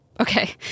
Okay